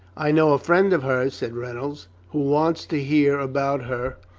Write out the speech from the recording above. i know a friend of hers, said reynolds, who wants to hear about her.